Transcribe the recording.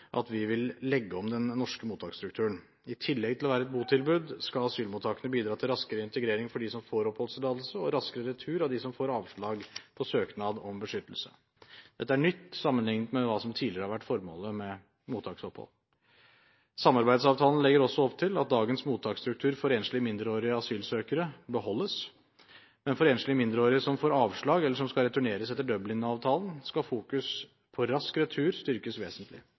at vi vil legge om den norske mottaksstrukturen. I tillegg til å være et botilbud skal asylmottakene bidra til raskere integrering av dem som får oppholdstillatelse, og raskere retur av dem som får avslag på søknad om beskyttelse. Dette er nytt, sammenlignet med hva som tidligere har vært formålet med mottaksopphold. Samarbeidsavtalen legger også opp til at dagens mottaksstruktur for enslige mindreårige asylsøkere beholdes, men for enslige mindreårige som får avslag, eller som etter Dublin-avtalen skal returneres, skal fokusering på rask retur styrkes vesentlig.